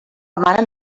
emanen